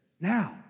Now